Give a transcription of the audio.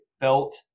felt